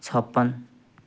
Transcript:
छप्पन